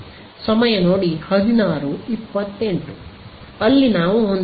ಅಲ್ಲಿ ನಾವು ಹೊಂದಿದ್ದೇವೆ